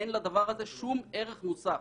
אין לדבר הזה שום ערך מוסף.